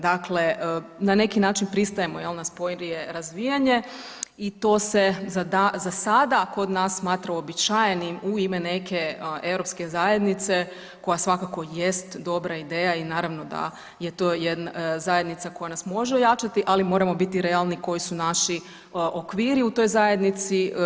Dakle, na neki način pristajemo jel na sporije razvijanje i to se za sada kod nas smatra uobičajenim u ime neke europske zajednice koja svakako jest dobra ideja i naravno da je to jedna zajednica koja nas može ojačati, ali moramo biti realni koji su naši okviru u toj zajednici.